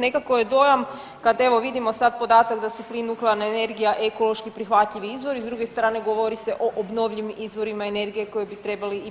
Nekako je dojam kad evo, vidimo sad podatak da su plin, nuklearna energija ekološki prihvatljivi izvozi, s druge strane govori se o obnovljivim izvorima energije koji bi trebali